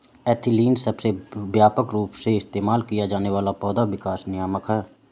ethylene सबसे व्यापक रूप से इस्तेमाल किया जाने वाला पौधा विकास नियामक है